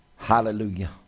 Hallelujah